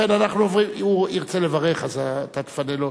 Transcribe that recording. הוא ירצה לברך, אז אתה תפנה לו.